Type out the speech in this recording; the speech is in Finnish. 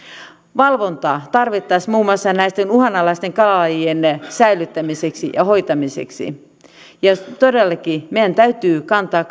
valvontaa tarvittaessa muun muassa näitten uhanalaisten kalalajien säilyttämiseksi ja hoitamiseksi ja todellakin meidän kaikkien täytyy kantaa